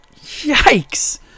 Yikes